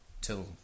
till